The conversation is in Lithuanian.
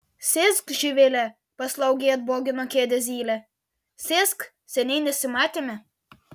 sėsk živile paslaugiai atbogino kėdę zylė sėsk seniai nesimatėme